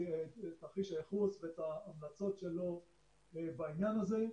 תרחיש הייחוס ואת ההמלצות שלו בעניין הזה,